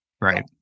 Right